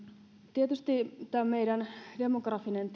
tietysti tämä meidän demografinen